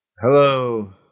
Hello